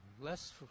less